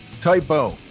Typo